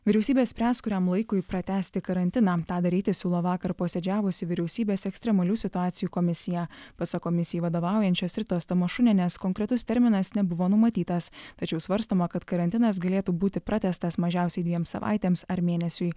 vyriausybė spręs kuriam laikui pratęsti karantiną tą daryti siūlo vakar posėdžiavusi vyriausybės ekstremalių situacijų komisija pasak komisijai vadovaujančios ritos tamašunienės konkretus terminas nebuvo numatytas tačiau svarstoma kad karantinas galėtų būti pratęstas mažiausiai dviem savaitėms ar mėnesiui